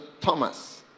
Thomas